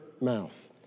mouth